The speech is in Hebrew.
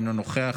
אינו נוכח.